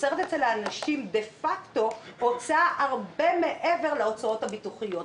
יוצרת אצל האנשים דה פקטו הוצאה הרבה מעבר להוצאות הביטוחיות.